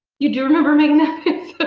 you do remember making that